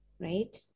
right